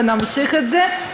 ונמשיך את זה,